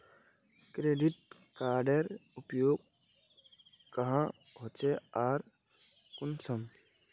Credit कार्डेर उपयोग क्याँ होचे आर कुंसम?